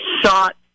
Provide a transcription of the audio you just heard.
shot